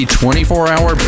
24-hour